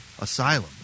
Asylum